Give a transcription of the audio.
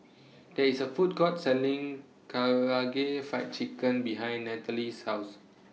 There IS A Food Court Selling Karaage Fried Chicken behind Nathaly's House